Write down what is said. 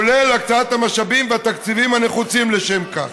כולל הקצאת המשאבים והתקציבים הנחוצים לשם כך.